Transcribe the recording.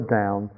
down